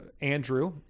Andrew